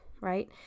right